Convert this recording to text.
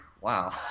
wow